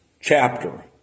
chapter